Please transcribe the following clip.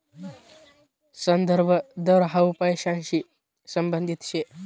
संदर्भ दर हाउ पैसांशी संबंधित शे